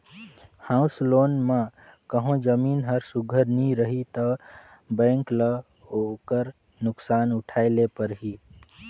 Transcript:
house loan म कहों जमीन हर सुग्घर नी रही ता बेंक ल ओकर नोसकान उठाए ले परही